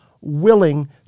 willing